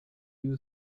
you